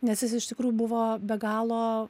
nes jis iš tikrųjų buvo be galo